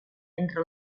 entre